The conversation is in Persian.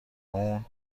اون